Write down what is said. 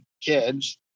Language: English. kids